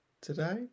today